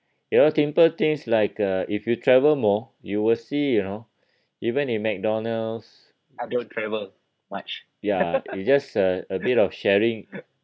you know simple things like uh if you travel more you will see you know even in McDonald's ya it's just uh a bit of sharing